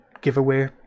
giveaway